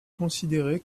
considérée